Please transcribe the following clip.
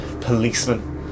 policeman